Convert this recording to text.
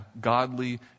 godly